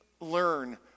learn